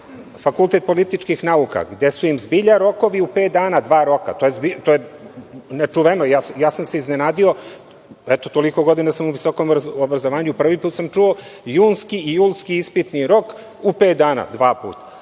Fakultet političkih nauka, gde su im zbilja rokovi u pet dana dva roka, to je nečuveno. Iznenadio sam se, eto, toliko godina sam u visokom obrazovanju i prvi put sam čuo i junski i julski ispitni rok u pet dana, dva puta.